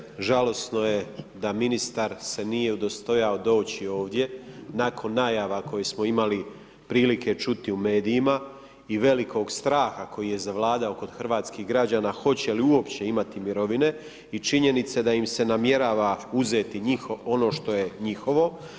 Poštovana državna tajnice žalosno je da ministar se nije udostojao doći ovdje nakon najava koje smo imali prilike čuti u medijima i velikog straha koji je zavladao kod hrvatskih građana hoće li uopće imati mirovine i činjenica da im se namjerava uzeti ono što je njihovo.